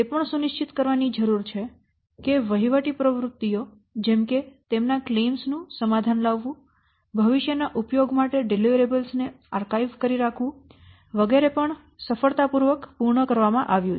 તે પણ સુનિશ્ચિત કરવાની જરૂર છે કે વહીવટી પ્રવૃત્તિઓ જેમ કે તેમના કલેમ્સ નું સમાધાન લાવવું ભવિષ્ય ના ઉપયોગ માટે ડિલિવરેબલ ને આર્કાઇવ કરી રાખવું વગેરે પણ સફળતાપૂર્વક પૂર્ણ કરવામાં આવ્યું છે